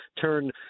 turn